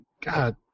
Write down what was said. God